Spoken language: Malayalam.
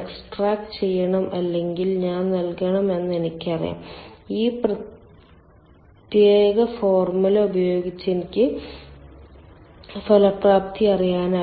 എക്സ്ട്രാക്റ്റ് ചെയ്യണം അല്ലെങ്കിൽ ഞാൻ നൽകണം എന്ന് എനിക്കറിയാം ഈ പ്രത്യേക ഫോർമുല ഉപയോഗിച്ച് എനിക്ക് ഫലപ്രാപ്തി അറിയാനാകും